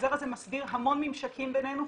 החוזר הזה מסדיר המון ממשקים בינינו,